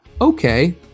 Okay